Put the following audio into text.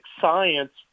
science